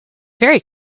very